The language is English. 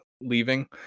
leaving